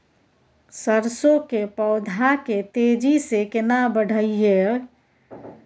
सरसो के पौधा के तेजी से केना बढईये?